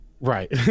Right